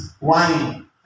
Wine